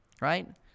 right